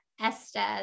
Estes